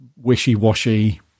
wishy-washy